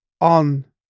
on